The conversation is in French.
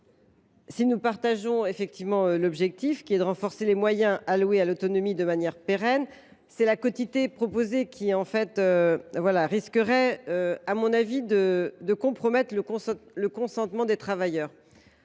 souscrivons à l’objectif de renforcer les moyens alloués à l’autonomie de manière pérenne, mais la quotité proposée risquerait de compromettre le consentement des travailleurs.